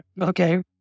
Okay